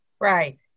Right